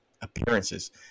appearances